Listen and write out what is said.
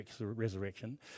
resurrection